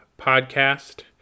podcast